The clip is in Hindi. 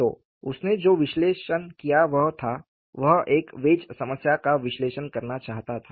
तो उसने जो विश्लेषण किया वह था वह एक वेज समस्या का विश्लेषण करना चाहता था